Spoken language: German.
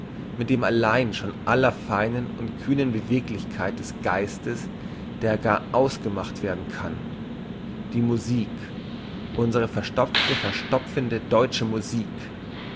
mit dem allein schon aller feinen und kühnen beweglichkeit des geistes der garaus gemacht werden kann die musik unsre verstopfte verstopfende deutsche musik